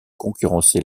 concurrencer